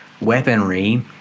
weaponry